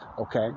Okay